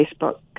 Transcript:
Facebook